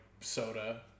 soda